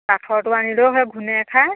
কাঠৰটো আনিলেও সেই ঘূনে খাই